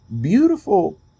beautiful